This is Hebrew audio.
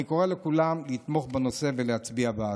אני קורא לכולם לתמוך בנושא ולהצביע בעד.